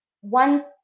one